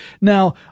Now